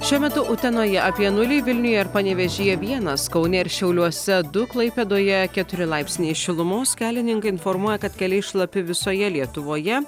šiuo metu utenoje apie nulį vilniuje ir panevėžyje vienas kaune ir šiauliuose du klaipėdoje keturi laipsniai šilumos kelininkai informuoja kad keliai šlapi visoje lietuvoje